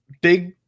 big